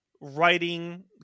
writing